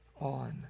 On